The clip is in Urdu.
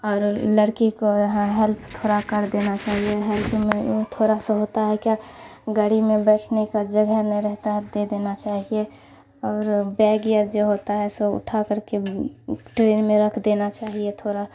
اور لڑکی کو ہیلپ تھوڑا کر دینا چاہیے ہیلپ میں تھوڑا سا ہوتا ہے کیا گاڑی میں بیٹھنے کا جگہ نہیں رہتا ہے دے دینا چاہیے اور بیگ ایئر جو ہوتا ہے سو اٹھا کر کے ٹرین میں رکھ دینا چاہیے تھوڑا